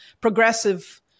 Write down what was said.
progressive